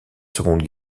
seconde